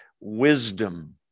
wisdom